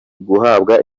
guhabwa